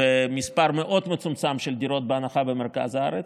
ומספר מאוד מצומצם של דירות בהנחה במרכז הארץ.